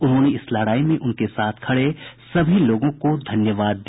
उन्होंने इस लड़ाई में उनके साथ खड़े सभी लोगों को धन्यवाद दिया